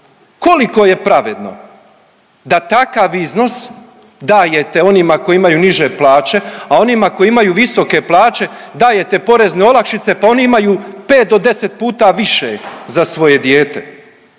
koliko je pravedno da takav iznos dajete onima koji imaju niže plaće, a onima koji imaju visoke plaće dajete porezne olakšice pa oni imaju pet do deset puta više za svoje dijete.